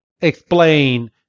explain